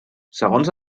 segons